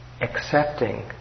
accepting